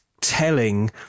telling